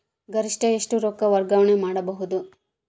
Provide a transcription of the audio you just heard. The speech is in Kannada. ಗರಿಷ್ಠ ಎಷ್ಟು ರೊಕ್ಕ ವರ್ಗಾವಣೆ ಮಾಡಬಹುದು?